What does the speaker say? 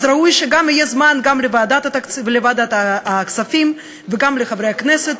ראוי שגם יהיה זמן לוועדת הכספים וגם לחברי הכנסת